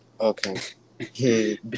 Okay